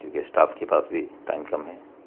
کیونکہ اسٹاف کے پاس بھی ٹائم کم ہے